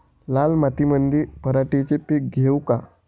लाल मातीमंदी पराटीचे पीक घेऊ का?